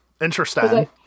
interesting